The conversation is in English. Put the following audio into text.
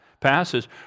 passes